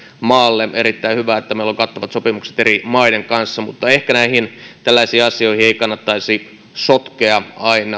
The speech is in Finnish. maalle erittäin hyvä että meillä on kattavat sopimukset eri maiden kanssa mutta ehkä näihin tällaisiin asioihin ei kannattaisi sotkea